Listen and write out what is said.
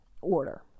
order